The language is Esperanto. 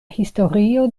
historio